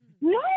No